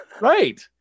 Right